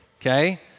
okay